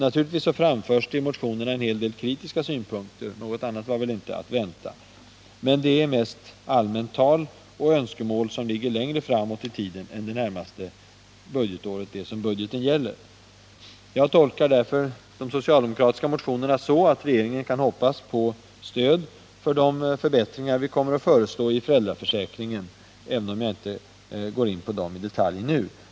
Naturligtvis framförs i motionerna en hel del kritiska synpunkter — något annat var väl inte att vänta. Men det är mest allmänt tal och önskemål som ligger längre fram i tiden än det år som budgeten gäller. Jag tolkar därför de socialdemokratiska motionerna så, att regeringen kan hoppas på socialdemokraternas stöd för de förbättringar vi kommer att föreslå i föräldraförsäkringen. Jag går inte nu in på dem i detalj.